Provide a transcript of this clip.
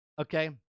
okay